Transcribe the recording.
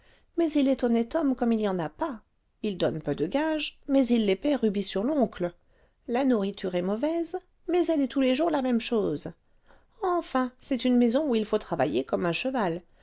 mais il est honnête homme comme il n'y en a pas il donne peu de gages mais il les paie rubis sur l'oncle la nourriture est mauvaise mais elle est tous les jours la même chose enfin c'est une maison où il faut travailler comme un cheval